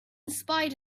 spite